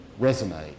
resonate